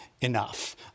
enough